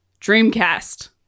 Dreamcast